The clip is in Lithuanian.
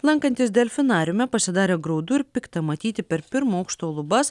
lankantis delfinariume pasidarė graudu ir pikta matyti per pirmo aukšto lubas